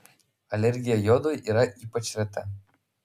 alergija jodui yra ypač reta